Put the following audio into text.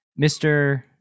Mr